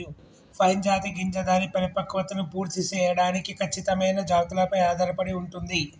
pine జాతి గింజ దాని పరిపక్వతను పూర్తి సేయడానికి ఖచ్చితమైన జాతులపై ఆధారపడి ఉంటుంది